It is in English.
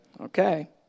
Okay